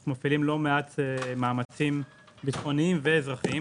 אנחנו מפעילים לא מעט מאמצים ביטחוניים ואזרחיים